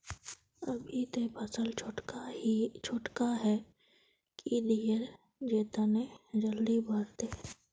अभी ते फसल छोटका है की दिये जे तने जल्दी बढ़ते?